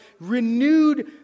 renewed